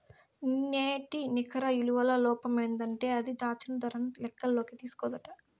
నేటి నికర ఇలువల లోపమేందంటే అది, దాచిన దరను లెక్కల్లోకి తీస్కోదట